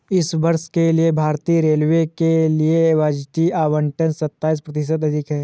इस वर्ष के लिए भारतीय रेलवे के लिए बजटीय आवंटन सत्ताईस प्रतिशत अधिक है